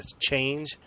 change